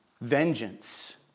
vengeance